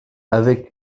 avec